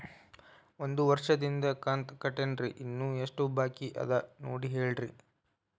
ಒಂದು ವರ್ಷದಿಂದ ಕಂತ ಕಟ್ಟೇನ್ರಿ ಇನ್ನು ಎಷ್ಟ ಬಾಕಿ ಅದ ನೋಡಿ ಹೇಳ್ರಿ